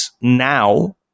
now